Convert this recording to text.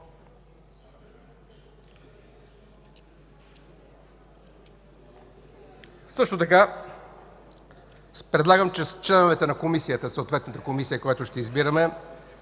Също така предлагам членовете на Комисията – съответната комисия, която ще избираме,